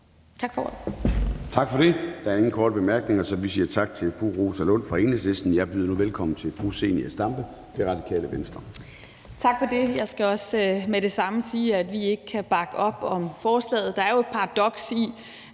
Gade): Der er ingen korte bemærkninger, så vi siger tak til fru Rosa Lund fra Enhedslisten. Jeg byder nu velkommen til fru Zenia Stampe, Radikale Venstre. Kl. 13:56 (Ordfører) Zenia Stampe (RV): Tak for det. Jeg skal også med det samme sige, at vi ikke kan bakke op om forslaget. Der er jo et paradoks i